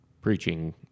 preaching